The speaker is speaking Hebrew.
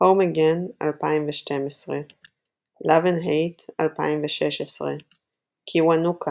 Home Again - 2012 Love & Hate - 2016 2019 - Kiwanuka